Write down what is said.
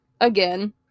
again